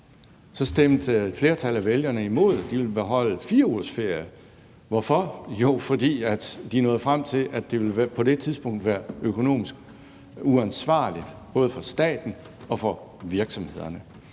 Der stemte et flertal af vælgerne imod; de ville beholde 4 ugers ferie. Hvorfor? Jo, fordi de nåede frem til, at det på det tidspunkt ville være økonomisk uansvarligt, både for staten og for virksomhederne.